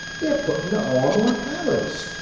they're puttin' the arm on alex!